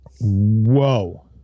Whoa